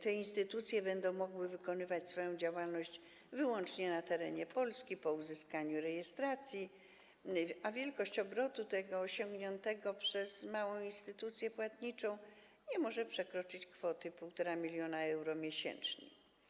Te instytucje będą mogły wykonywać swoją działalność wyłącznie na terenie Polski po uzyskaniu rejestracji, a wielkość obrotu osiągniętego przez małą instytucję płatniczą nie może przekroczyć kwoty 1,5 mln euro miesięcznie.